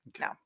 No